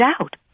out